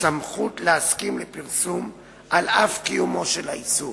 סמכות להסכים לפרסום על אף קיומו של האיסור.